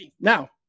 Now